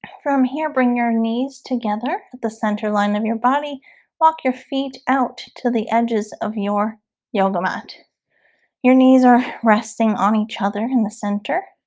from here bring your knees together at the center line of your body walk your feet out to the edges of your yoga mat your knees are resting on each other in the center.